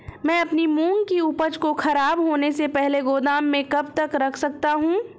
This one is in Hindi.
मैं अपनी मूंग की उपज को ख़राब होने से पहले गोदाम में कब तक रख सकता हूँ?